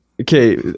Okay